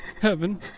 heaven